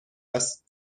است